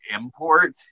Import